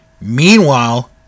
Meanwhile